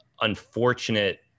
unfortunate